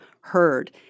heard